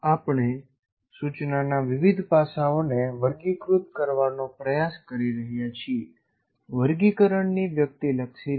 આપણે સૂચનાના વિવિધ પાસાઓને વર્ગીકૃત કરવાનો પ્રયાસ કરી રહ્યા છીએ વર્ગીકરણની વ્યક્તિલક્ષી રીત